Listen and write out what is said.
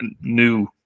new